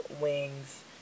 wings